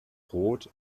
rot